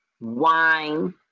wine